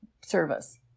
service